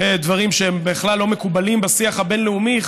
אלה דברים שבכלל לא מקובלים בשיח הבין-לאומי,